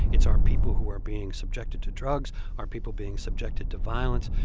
it's our people who are being subjected to drugs, our people being subjected to violence.